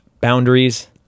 boundaries